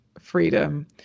freedom